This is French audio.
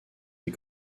des